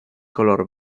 color